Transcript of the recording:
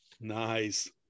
Nice